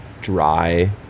dry